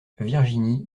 virginie